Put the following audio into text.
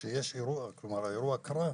שיש אירוע יש